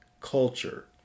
culture